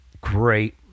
Great